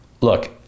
Look